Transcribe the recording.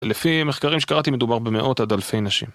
לפי מחקרים שקראתי מדובר במאות עד אלפי נשים.